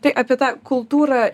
tai apie tą kultūrą